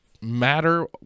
matter